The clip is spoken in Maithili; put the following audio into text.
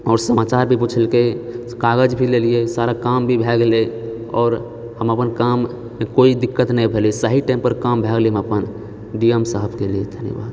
आओर समाचार भी पुछलकै कागज भी लेलिऐ सारा काम भी भए गेले आओर हम अपन काममे कोइ दिक्कत नहि भेले सही टाइम पर काम भए गेलै अपन डी एम साहबके लेल धन्यवाद